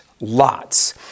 lots